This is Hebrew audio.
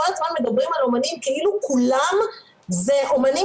כל הזמן מדברים על אומנים כאילו כולם הם אומנים